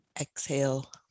Exhale